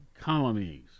colonies